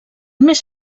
més